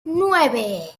nueve